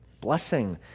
Blessing